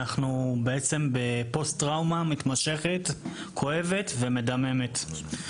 אנחנו בעצם בפוסט טראומה מתמשכת, כואבת ומדממת.